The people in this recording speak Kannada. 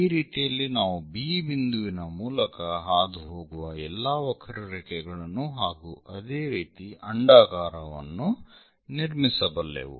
ಈ ರೀತಿಯಲ್ಲಿ ನಾವು B ಬಿಂದುವಿನ ಮೂಲಕ ಹಾದುಹೋಗುವ ಎಲ್ಲಾ ವಕ್ರರೇಖೆಗಳನ್ನು ಹಾಗೂ ಅದೇ ರೀತಿ ಅಂಡಾಕಾರವನ್ನು ನಿರ್ಮಿಸಬಲ್ಲೆವು